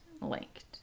linked